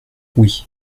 oui